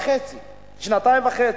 עברו שנתיים וחצי.